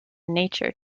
nature